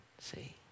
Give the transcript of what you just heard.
See